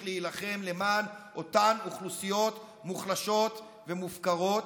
להילחם למען אותן אוכלוסיות מוחלשות ומופקרות.